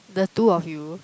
the two of you